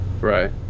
right